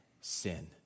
sin